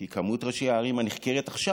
כי מספר ראשי הערים הנחקרים עכשיו,